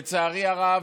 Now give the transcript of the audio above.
לצערי הרב,